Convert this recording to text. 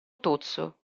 tozzo